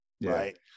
Right